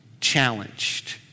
challenged